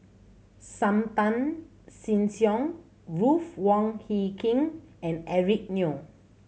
Sam Tan Chin Siong Ruth Wong Hie King and Eric Neo